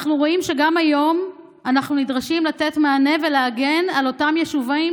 אנחנו רואים שגם היום אנחנו נדרשים לתת מענה ולהגן על אותם יישובים,